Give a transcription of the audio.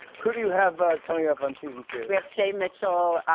who do you have coming up on season two? we have shay mitchell.